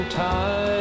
time